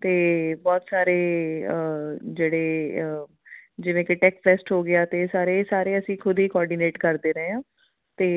ਅਤੇ ਬਹੁਤ ਸਾਰੇ ਜਿਹੜੇ ਅ ਜਿਵੇਂ ਕਿ ਟੈਕ ਫੈਕਸ ਹੋ ਗਿਆ ਇਹ ਸਾਰੇ ਦੇ ਸਾਰੇ ਅਸੀਂ ਖੁਦ ਹੀ ਕੋਆਡੀਨੇਟ ਕਰਦੇ ਰਹੇ ਹਾਂ ਅਤੇ